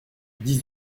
dix